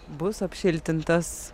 bus apšiltintas